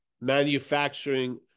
manufacturing